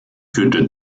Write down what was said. führte